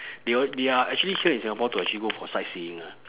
they all they are actually here in singapore to actually go for sightseeing ah